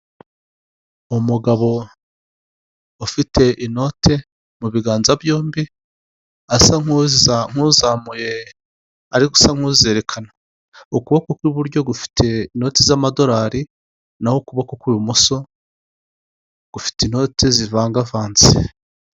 Umugabo ufite inote mu biganza byombi, asa nk'uzamuye arigusa nk'uzerekana, ukuboko kw'iburyo gufite inoti z'amadorari n'aho ukuboko kw'ibumoso gufite inote zivangavanze.